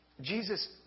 Jesus